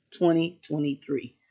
2023